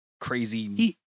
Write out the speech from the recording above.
crazy